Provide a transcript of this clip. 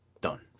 Done